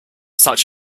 such